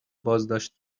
بازداشت